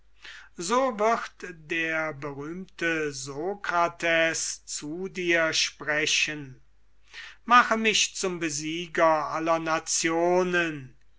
so wird der berühmte sokrates zu dir sprechen mache mich zum besieger aller nationen